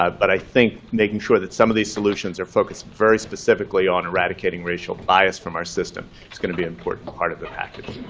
um but i think making sure that some of these solutions are focused very specifically on eradicating racial bias from our system is going to be an important part of the package.